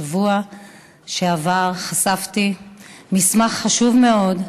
בשבוע שעבר חשפתי מסמך חשוב מאוד,